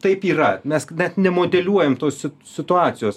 taip yra mes net nemodeliuojam tos situacijos